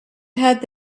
had